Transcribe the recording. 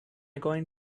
going